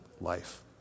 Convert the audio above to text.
life